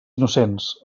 innocents